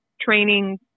training